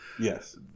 Yes